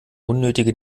unnötige